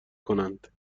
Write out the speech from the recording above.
کنند